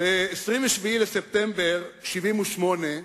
ב-27 בספטמבר 1978,